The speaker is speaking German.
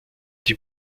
die